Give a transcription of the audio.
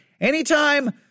Anytime